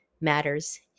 matters